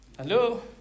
Hello